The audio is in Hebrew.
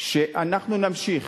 שאנחנו נמשיך